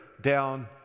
down